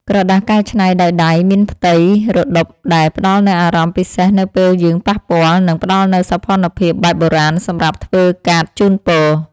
ក្រដាសកែច្នៃដោយដៃមានផ្ទៃរដុបដែលផ្ដល់នូវអារម្មណ៍ពិសេសនៅពេលយើងប៉ះពាល់ និង ផ្ដល់នូវសោភ័ណភាពបែបបុរាណសម្រាប់ធ្វើកាតជូនពរ។